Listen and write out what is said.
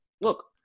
look